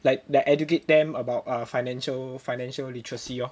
like like educate them about uh financial financial literacy lor